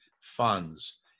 funds